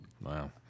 Wow